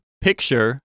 picture